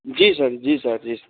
जी sir जी sir जी sir